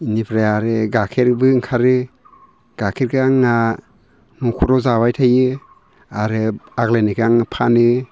इनिफ्राय आरो गाइखेरबो ओंखारो गाइखेरखो आंहा न'खराव जाबाय थायो आरो आग्लायनायखो आं फानो